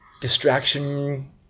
distraction